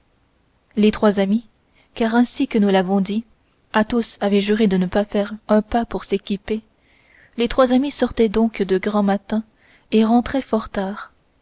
les trois amis car ainsi que nous l'avons dit athos avait juré de ne pas faire un pas pour s'équiper les trois amis sortaient donc de grand matin et rentraient fort tard